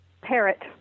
Parrot